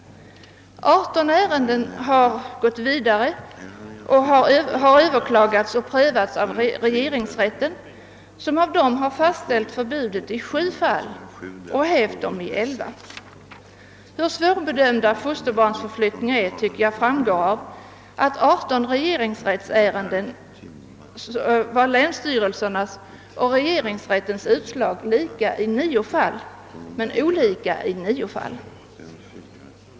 18 ärenden har överklagats och prövats av regeringsrätten. I sju fall har förbudet fastställts och i 11 fall har det hävts. Hur svårbedömda fosterbarnsförflyttningar är framgår av att av 18 regeringsrättsärenden var länsstyrelsernas och regeringsrättens utslag lika i nio fall men olika i nio fall.